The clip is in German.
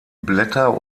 blätter